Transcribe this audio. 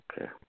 Okay